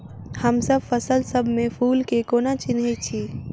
हमसब फसल सब मे फूल केँ कोना चिन्है छी?